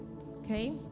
okay